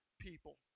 people